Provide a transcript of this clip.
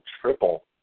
triple